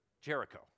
Jericho